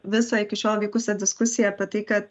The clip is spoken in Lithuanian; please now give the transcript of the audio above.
visą iki šio vykusią diskusiją apie tai kad